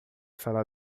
sala